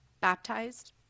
baptized